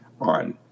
on